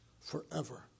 forever